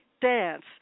dance